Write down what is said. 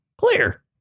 Clear